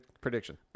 prediction